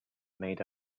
made